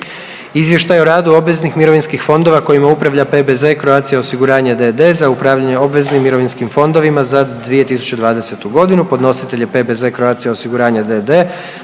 Izvještaj o radu obveznih mirovinskih fondova kojima upravlja PBZ Croatia osiguranje d.d. za upravljanje obveznim mirovinskim fondovima za 2020. godinu. Podnositelj je PBZ Croatia osiguranje d.d.